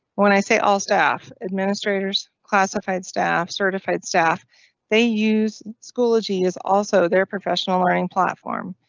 when i say all staff, administrators, classified staff certified staff they use schoology is also their professional learning platform.